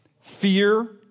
Fear